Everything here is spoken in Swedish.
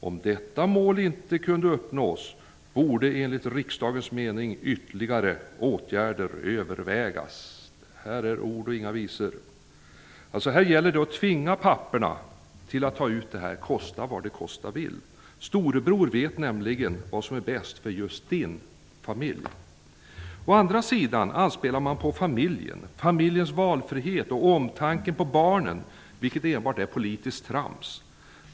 Om detta mål inte kunde uppnås borde enligt riksdagens mening ytterligare åtgärder övervägas. Detta är ord och inga visor. Det gäller att tvinga papporna att ta ut föräldraförsäkring, kosta vad det kosta vill. Storebror vet nämligen vad som är bäst för just din familj. Å andra sidan anspelar man på familjen, familjens valfrihet och omtanken om barnen. Det är dock enbart politiskt trams.